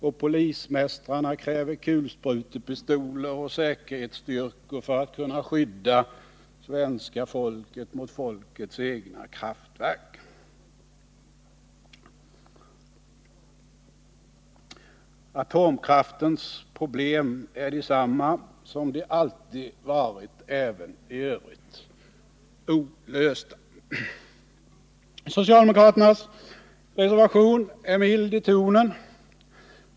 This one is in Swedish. Och polismästarna kräver kulsprutepistoler och säkerhetsstyrkor för att kunna skydda folkets kraftverk mot folket självt. Atomkraftens problem är desamma som de alltid varit även i övrigt — olösta. Socialdemokraternas reservation är mild i tonen.